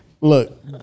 Look